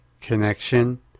connection